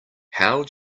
how